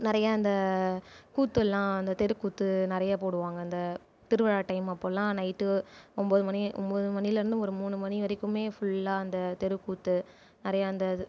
நிறையா அந்த கூத்துலாம் அந்த தெருக்கூத்து நிறைய போடுவாங்க அந்த திருவிழா டைம் அப்போலாம் நைட்டு ஒம்பது மணி ஒம்பது மணிலேருந்து ஒரு மூணு மணி வரைக்குமே ஃபுல்லாக அந்த தெருக்கூத்து நிறையா அந்த அது